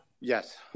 Yes